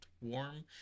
warm